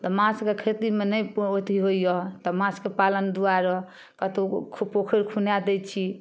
तऽ माछके खेतीमे नहि अथी होइए तऽ माछके पालन दुआरे कतौ पोखरि खुनै दै छी